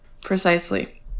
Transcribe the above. Precisely